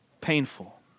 painful